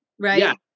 right